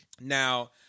now